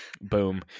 Boom